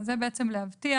זה כדי להבטיח